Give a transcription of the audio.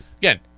again